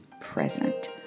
present